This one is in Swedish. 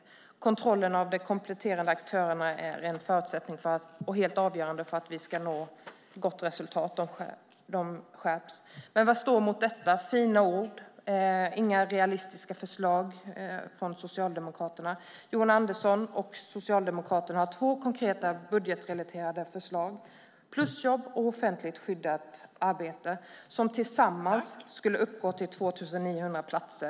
Att kontrollen av de kompletterande aktörerna skärps är en förutsättning och helt avgörande för att vi ska nå gott resultat. Vad står mot detta? Det kommer fina ord men inga realistiska förslag från Socialdemokraterna. Johan Andersson och Socialdemokraterna har två konkreta budgetrelaterade förslag: plusjobb och offentligt skyddat arbete som tillsammans skulle uppgå till 2 900 platser.